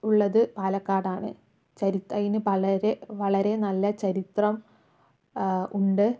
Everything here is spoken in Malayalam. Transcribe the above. ഉള്ളത് പാലക്കാട് ആണ് ചരിത്ത അതിന് പലരെ വളരെ നല്ല ചരിത്രം ഉണ്ട്